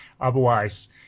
otherwise